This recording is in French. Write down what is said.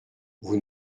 vous